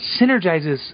synergizes